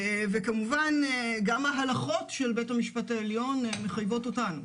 וכמובן גם ההלכות של בית המשפט העליון מחייבות אותנו.